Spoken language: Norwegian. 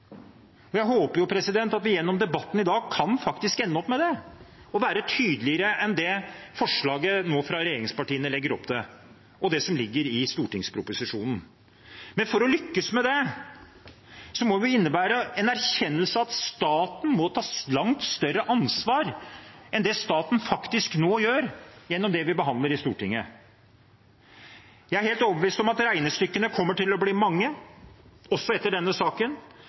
seg. Jeg håper at vi gjennom debatten i dag kan ende opp med det, og at vi kan være tydeligere enn det som forslaget fra regjeringspartiene legger opp til, og det som står i innstillingen til saken. Å lykkes med det vil måtte innebære en erkjennelse av at staten må ta et langt større ansvar enn det staten nå tar gjennom det vi behandler i Stortinget i dag. Jeg er helt overbevist om at regnestykkene kommer til å bli mange også etter denne saken.